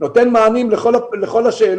נותן מענים לכל השאלות,